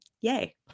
yay